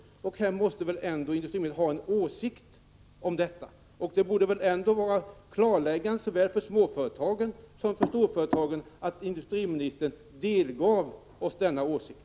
Industriministern måste väl ändå ha en åsikt om detta. Det skulle vara klarläggande såväl för småföretagen som för storföretagen om industriministern delgav oss denna åsikt.